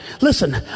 Listen